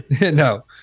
no